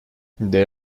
they